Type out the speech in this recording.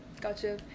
Gotcha